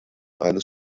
eines